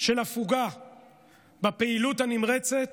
של הפוגה בפעילות הנמרצת